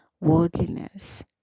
worldliness